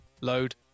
load